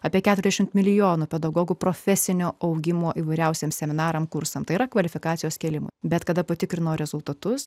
apie keturiasdešimt milijonų pedagogų profesinio augimo įvairiausiems seminarams kursams tai yra kvalifikacijos kėlimo bet kada patikrino rezultatus